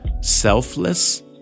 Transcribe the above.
selfless